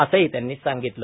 असेही त्यांनी सांगितले